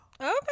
okay